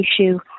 issue